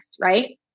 Right